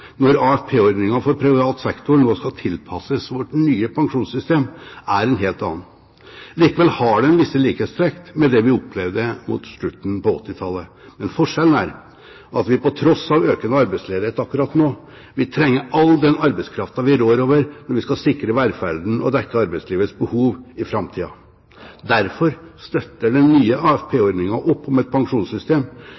når AFP-ordningen for privat sektor nå skal tilpasses vårt nye pensjonssystem, er en helt annen. Likevel har den visse likhetstrekk med det vi opplevde mot slutten av 1980-tallet. Forskjellen er at vi, på tross av økende arbeidsledighet akkurat nå, vil trenge all den arbeidskraften vi rår over, når vi skal sikre velferden og dekke arbeidslivets behov i framtida. Derfor støtter den nye